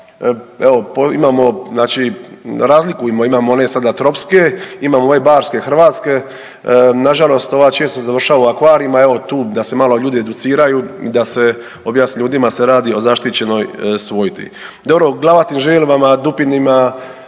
evo imamo znači, razlikujemo imamo one sada tropske imamo ove barske Hrvatske, nažalost ova često završava u akvarijima evo tu da se malo ljudi educiraju i da se objasni ljudima da se radi o zaštićenoj svojti. Dobro u …/nerazumljivo/… dupinima,